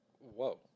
Whoa